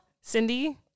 Cindy